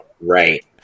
right